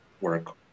work